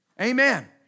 Amen